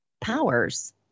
powers